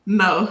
no